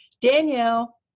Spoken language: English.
Danielle